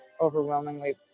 overwhelmingly